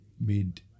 made